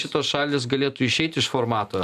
šitos šalys galėtų išeiti iš formato